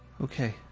Okay